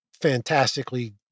fantastically